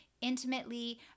intimately